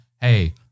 Hey